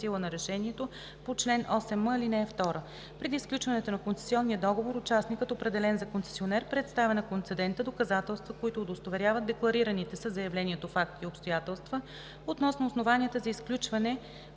сила на решението по чл. 8м, ал. 2. Преди сключването на концесионния договор участникът, определен за концесионер, представя на концедента доказателства, които удостоверяват декларираните със заявлението факти и обстоятелства относно основанията за изключване